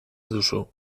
duzu